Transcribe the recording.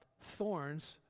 thorns